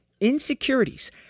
Insecurities